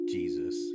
Jesus